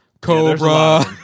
Cobra